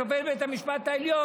שופט בית המשפט העליון,